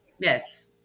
Yes